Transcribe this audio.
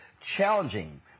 challenging